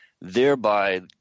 thereby